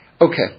Okay